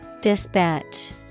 Dispatch